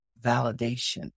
validation